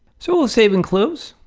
so we'll save and close.